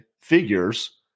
figures